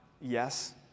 Yes